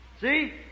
See